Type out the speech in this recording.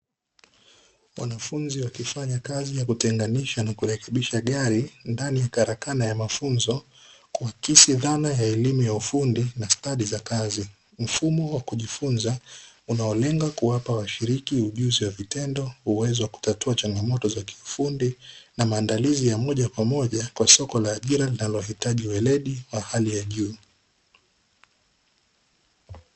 Wanafunzi wakifanya kazi ya kutenganisha na kurekebisha gari ndani ya karakana ya mafunzo kuakisi dhana ya elimu ya ufundi na stadi za kazi, mfumo wa kujifunza unaolenga kuwapa washiriki ujuzi wa vitendo uwezo wa kutatua changamoto za kiufundi, na maandalizi ya moja kwa moja kwa soko la ajira linalohitaji weledi wa hali ya juu.